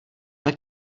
měl